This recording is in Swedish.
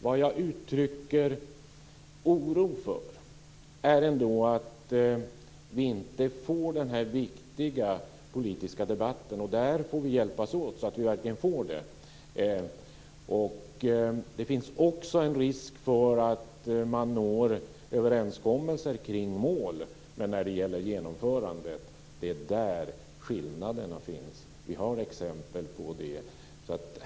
Vad jag uttrycker oro för är att vi ändå inte får denna viktiga politiska debatt. Där får vi hjälpas åt, så att vi verkligen får det. Det finns också en risk för att man når överenskommelser kring mål, men det är när det gäller genomförandet som skillnaderna finns. Vi har exempel på det.